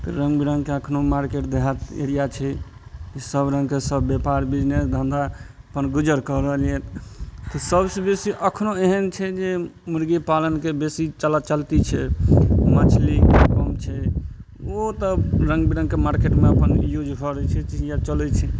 तऽ रङ्ग बिरङ्गके अखनो मार्केट देहात एरिया छै सब रङ्गके सब व्यपार बिजनेस धन्धा अपन गुजर कऽ रहल यए तऽ सबसे बेसी अखनो एहेन छै जे मुर्गी पालनके बेसी चला चलती छै मछलीके कम छै ओ तऽ रङ्ग बिरङ्गके मार्केटमे अपन यूज हुअऽ दै छै सीनियर चलै छै